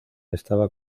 estaba